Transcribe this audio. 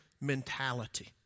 mentality